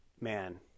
man